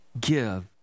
give